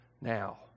now